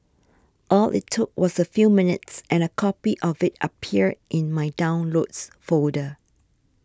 all it took was a few minutes and a copy of it appeared in my Downloads folder